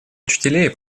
учителей